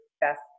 best